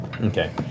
Okay